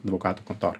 advokatų kontorai